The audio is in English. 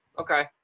Okay